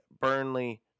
Burnley